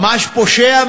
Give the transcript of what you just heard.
ממש פושע,